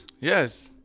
Yes